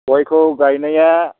गयखौ गायनाया